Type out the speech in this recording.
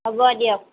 হ'ব দিয়ক